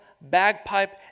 bagpipe